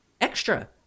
extra